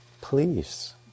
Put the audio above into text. please